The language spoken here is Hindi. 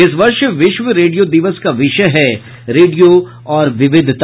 इस वर्ष विश्व रेडियो दिवस का विषय है रेडियो और विविधता